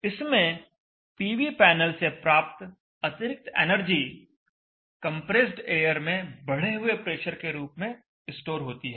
इसमें PV panel से प्राप्त अतिरिक्त एनर्जी कंप्रेस्ड एयर में बढ़े हुए प्रेशर के रूप में स्टोर होती है